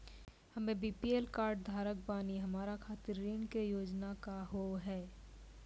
हम्मे BPL card धारक बानि हमारा खातिर ऋण के योजना का होव हेय?